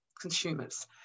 consumers